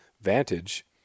vantage